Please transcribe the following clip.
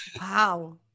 Wow